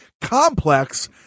complex